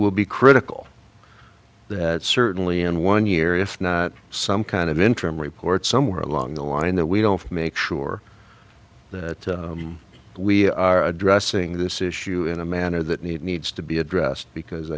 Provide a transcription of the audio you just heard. will be critical that certainly in one year if not some kind of interim report somewhere along the line that we don't make sure that we are addressing this issue in a manner that needs to be addressed because